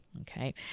Okay